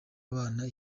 abana